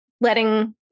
letting